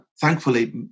Thankfully